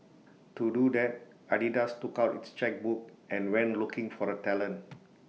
to do that Adidas took out its chequebook and went looking for the talent